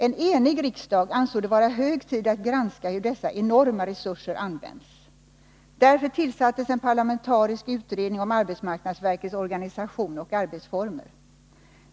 En enig riksdag ansåg tidigare det vara hög tid att fråga sig hur dessa enorma resurser används. Därför tillsattes en parlamentarisk utredning om arbetsmarknadsverkets organisation och arbetsformer.